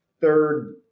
third